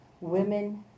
Women